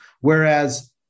Whereas